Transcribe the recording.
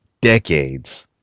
decades